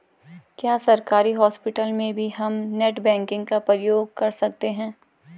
क्या सरकारी हॉस्पिटल में भी हम नेट बैंकिंग का प्रयोग कर सकते हैं?